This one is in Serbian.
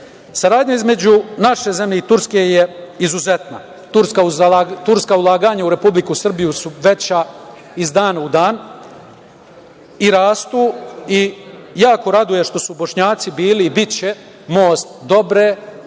između naše zemlje i Turske je izuzetna. Turska ulaganja u Republiku Srbiju su veća iz dana u dan i rastu i jako raduje što su Bošnjaci bili i biće most dobre